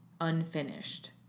unfinished